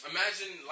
Imagine